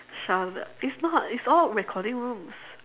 shut up it's not it's all recording rooms